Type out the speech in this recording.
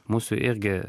mūsų irgi